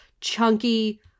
chunky